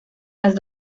las